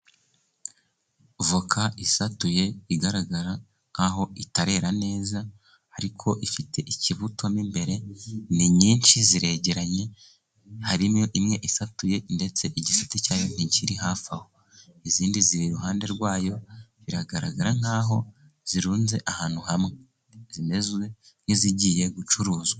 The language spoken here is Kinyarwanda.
Voca isatuye, igaragara nk'aho itarera neza, ariko ifite ikibuto mo imbere, ni nyinshi ziregeranye, harimo imwe isatuye, ndetse igisate cya yo ntikiriri hafi aho. Izindi ziri iruhande rwa yo biragaragara nkaho zirunze ahantu hamwe. Zimezezwe nk'izigiye gucuruzwa.